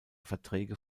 verträge